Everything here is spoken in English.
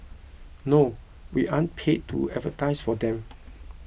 no we aren't paid to advertise for them